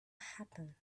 happen